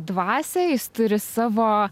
dvasią jis turi savo